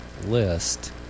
list